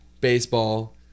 baseball